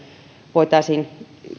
voitaisiin